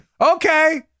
Okay